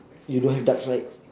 you don't have ducks right